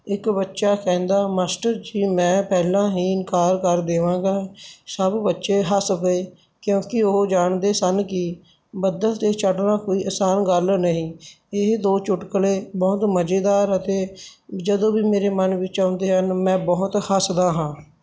ਇੱਕ ਬੱਚਾ ਕਹਿੰਦਾ ਮਾਸਟਰ ਜੀ ਮੈਂ ਪਹਿਲਾਂ ਹੀ ਇਨਕਾਰ ਕਰ ਦੇਵਾਂਗਾ ਸਭ ਬੱਚੇ ਹੱਸ ਪਏ ਕਿਉਂਕਿ ਉਹ ਜਾਣਦੇ ਸਨ ਕਿ ਬੱਦਲ 'ਤੇ ਚੜ੍ਹਨਾ ਕੋਈ ਆਸਾਨ ਗੱਲ ਨਹੀਂ ਇਹ ਦੋ ਚੁਟਕਲੇ ਬਹੁਤ ਮਜ਼ੇਦਾਰ ਅਤੇ ਜਦੋਂ ਵੀ ਮੇਰੇ ਮਨ ਵਿੱਚ ਆਉਂਦੇ ਹਨ ਮੈਂ ਬਹੁਤ ਹੱਸਦਾ ਹਾਂ